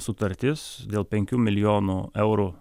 sutartis dėl penkių milijonų eurų